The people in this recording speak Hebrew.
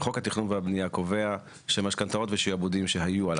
חוק התכנון והבנייה קובע שמשכנתאות ושעבודים שהיו על